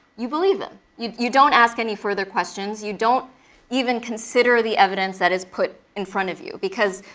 you believe him. you you don't ask any further questions, you don't even consider the evidence that is put in front of you. because,